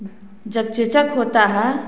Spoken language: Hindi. जब चेचक होता है